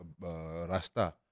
Rasta